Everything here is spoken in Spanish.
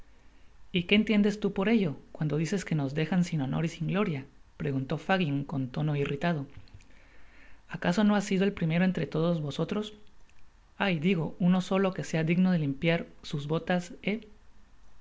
y qué entiendes tu por ello cuando dices que nos deja sin honor y sin gloria preguntó fagin con lono irritado acaso no ha sido el primero entre todos vosotros hay digo uno solo que sea digno de limpiar sus botas